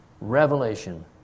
revelation